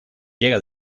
llega